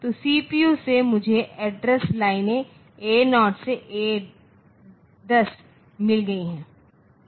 तो सीपीयू से मुझे एड्रेस लाइनें A0 से A10 मिल गई हैं